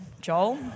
Joel